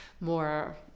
more